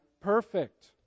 perfect